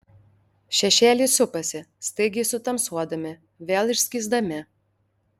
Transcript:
šešėliai supasi staigiai sutamsuodami vėl išskysdami